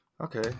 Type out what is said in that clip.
Okay